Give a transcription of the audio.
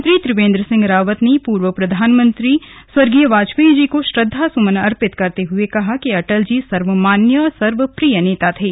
मुख्यमंत्री त्रिवेंद्र सिंह रावत ने पूर्व प्रधानमंत्री स्वर्गीय वाजपेयी जी को श्रद्वासुमन अर्पित करते हुए कहा कि अटल जी सर्वमान्य और सर्वप्रिय नेता थे